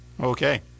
okay